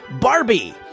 Barbie